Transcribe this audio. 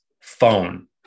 phone